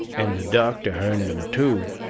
and the doctor hearn them, too.